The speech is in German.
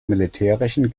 militärischen